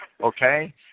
Okay